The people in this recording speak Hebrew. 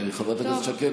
חברת הכנסת שקד,